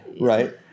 Right